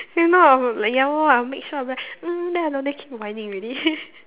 you know I will like ya lah I'll make sure I'll be like mm then I down there keep whining already